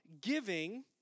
giving